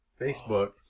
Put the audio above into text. Facebook